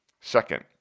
Second